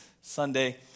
Sunday